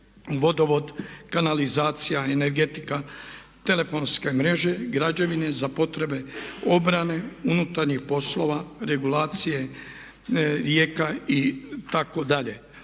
vodovod, kanalizacija, energetika, telefonske mreže, građevine za potrebe obrane unutarnjih poslova, regulacije rijeka itd.